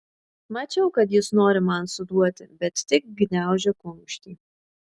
mačiau kad jis nori man suduoti bet tik gniaužė kumštį